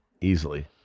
Easily